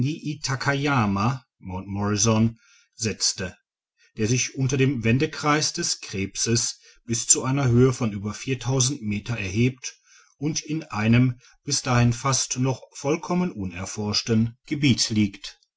setzte der sich unter dem wendekreis des krebses bis zu einer höhe von über meter erhebt und in einem bis dahin fast noch vollkommen unerforschten digitized by google gebiete liegt